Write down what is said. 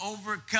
overcome